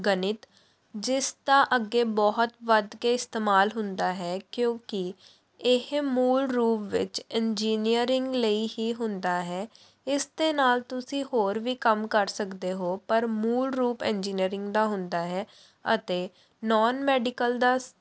ਗਣਿਤ ਜਿਸ ਦਾ ਅੱਗੇ ਬਹੁਤ ਵੱਧ ਕੇ ਇਸਤੇਮਾਲ ਹੁੰਦਾ ਹੈ ਕਿਉਂਕਿ ਇਹ ਮੂਲ ਰੂਪ ਵਿੱਚ ਇੰਜੀਨੀਅਰਿੰਗ ਲਈ ਹੀ ਹੁੰਦਾ ਹੈ ਇਸ ਦੇ ਨਾਲ ਤੁਸੀਂ ਹੋਰ ਵੀ ਕੰਮ ਕਰ ਸਕਦੇ ਹੋ ਪਰ ਮੂਲ ਰੂਪ ਇੰਜੀਨੀਅਰਿੰਗ ਦਾ ਹੁੰਦਾ ਹੈ ਅਤੇ ਨੋਨ ਮੈਡੀਕਲ ਦਾ